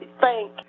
thank